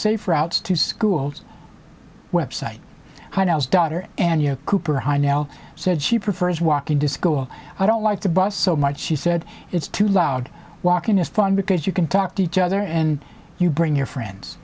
safe routes to schools website when i was daughter and you know cooper high now said she prefers walking to school i don't like the bus so much she said it's too loud walking is fun because you can talk to each other and you bring your friends